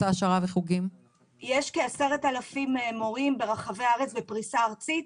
כ-10,000 מורים בפריסה ארצית.